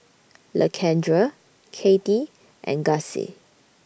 Lakendra Katie and Gussie